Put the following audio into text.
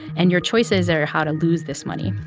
and your choices are how to lose this money.